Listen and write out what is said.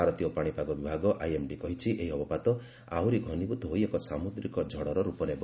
ଭାରତୀୟ ପାଣିପାଗ ବିଭାଗ ଆଇଏମ୍ଡି କହିଛି ଏହି ଅବପାତ ଆହୁରି ଘନିଭୂତ ହୋଇ ଏକ ସାମୁଦ୍ରିକ ଝଡ଼ର ରୂପ ନେବ